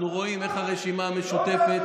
אנחנו רואים איך הרשימה המשותפת,